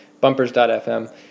Bumpers.fm